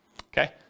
Okay